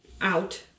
out